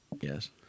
Yes